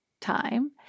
time